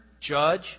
judge